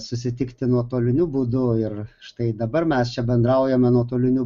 susitikti nuotoliniu būdu ir štai dabar mes čia bendraujame nuotoliniu